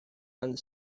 and